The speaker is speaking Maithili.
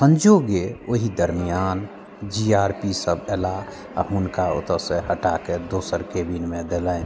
सँजोगे ओहि दरमियान जी आर पी सब अएलाह आओर हुनका ओतऽसँ हटाके दोसर केबिनमे देलनि